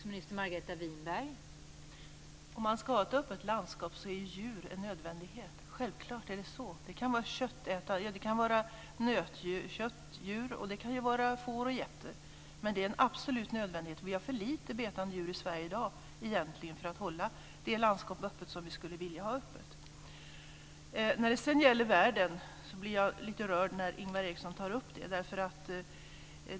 Fru talman! Om man ska ha ett öppet landskap är djur en nödvändighet, självklart är det så. Det kan ju vara köttdjur och det kan vara får och getter. Det är en absolut nödvändighet. Vi har i dag egentligen för lite betande djur för att hålla det landskap öppet som vi skulle vilja ha öppet. Sedan blir jag lite rörd när Ingvar Eriksson tar upp detta med världen.